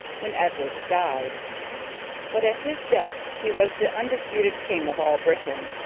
when edward died but at his death he was the undisputed king of all britain,